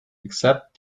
except